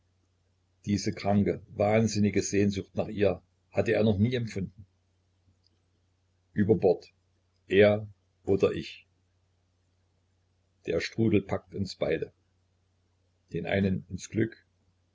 diese kranke wahnsinnige sehnsucht nach ihr hatte er noch nie empfunden über bord er oder ich der strudel packt uns beide den einen ins glück